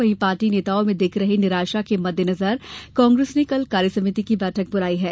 वहीं पार्टी नेताओं में दिख रही निराशा के मददेनजर कांग्रेस ने कल कार्यसमिति की बैठक बुलाई है